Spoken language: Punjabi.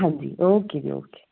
ਹਾਂਜੀ ਓਕੇ ਜੀ ਓਕੇ